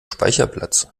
speicherplatz